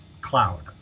cloud